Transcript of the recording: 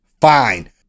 Fine